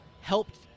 helped